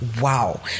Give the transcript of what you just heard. Wow